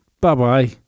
bye-bye